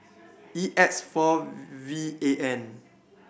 E X four V A N